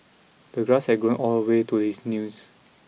the grass had grown all the way to his knees